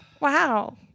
Wow